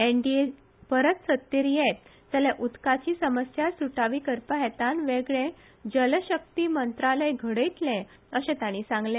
एनडीए परत सत्तेर येत जाल्यार उदकाची समस्या सुटावी करपा हेतान वेगळे जलशक्ती मंत्रालय घडयतले अशें तांणी सांगले